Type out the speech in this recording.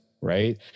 right